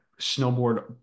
snowboard